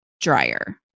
dryer